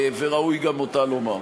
וראוי גם אותה לומר.